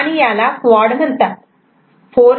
आणि याला क्वाड म्हणतात